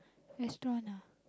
restaurant ah